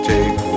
Take